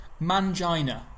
Mangina